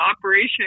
operation